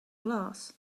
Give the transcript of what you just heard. glass